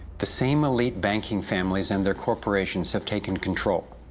the same elite banking families and their corporations have taken control,